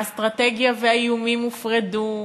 האסטרטגיה והאיומים הופרדו,